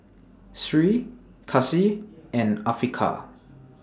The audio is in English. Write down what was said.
Sri Kasih and Afiqah